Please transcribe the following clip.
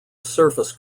surface